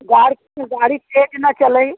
गाड़ी तो गाड़ी तेज ना चलाएं